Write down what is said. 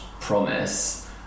promise